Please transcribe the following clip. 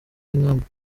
y’inkambi